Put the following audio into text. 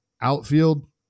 outfield